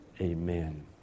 Amen